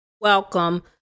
Welcome